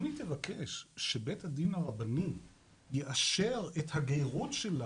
אבל אם היא תבקש שבית הדין הרבני יאשר את הגירות שלה,